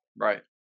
Right